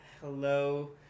Hello